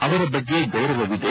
ಅವರ ಬಗ್ಗೆ ಗೌರವ ಇದೆ